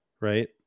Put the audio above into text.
right